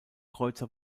kreuzer